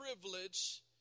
privilege